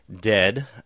Dead